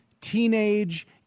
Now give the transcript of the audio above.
teenage